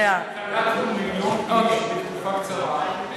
מיליון איש בתקופה קצרה.